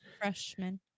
freshman